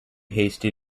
hasty